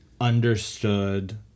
understood